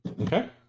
Okay